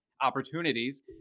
opportunities